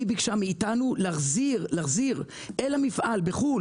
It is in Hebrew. היא ביקשה מאיתנו להחזיר אל המפעל בחו"ל